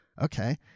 Okay